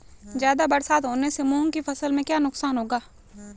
ज़्यादा बरसात होने से मूंग की फसल में क्या नुकसान होगा?